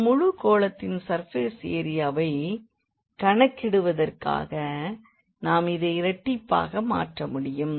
இந்த முழு கோளத்தின் சர்ஃபேஸ் ஏரியாவை கணக்கிடுவதற்காக நாம் இதை இரட்டிப்பாக மாற்ற முடியும்